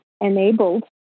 enabled